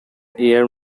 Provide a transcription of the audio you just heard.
air